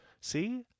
see